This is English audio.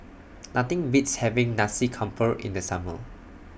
Nothing Beats having Nasi Campur in The Summer